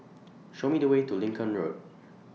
Show Me The Way to Lincoln Road